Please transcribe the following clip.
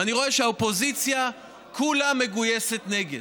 ואני רואה שהאופוזיציה כולה מגויסת נגד,